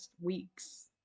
weeks